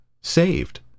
saved